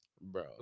Bro